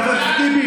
חבר הכנסת טיבי,